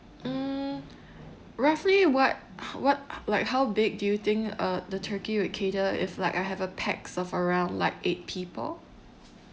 mm roughly what h~ what h~ like how big do you think uh the turkey would cater if like I have a pax of around like eight people